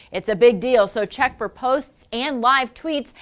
it's a big deal. so check for posts and live tweets.